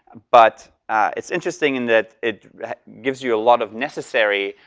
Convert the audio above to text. but it's interesting in that it gives you a lot of necessary,